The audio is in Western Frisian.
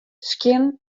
skjin